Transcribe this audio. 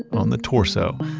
on the torso,